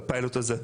את הפיילוט הזה,